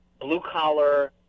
blue-collar